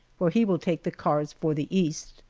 where he will take the cars for the east.